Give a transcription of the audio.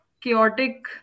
chaotic